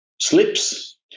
slips